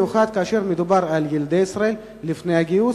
במיוחד כאשר מדובר על ילדי ישראל לפני גיוס